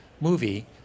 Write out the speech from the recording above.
movie